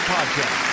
podcast